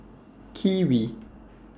Kiwi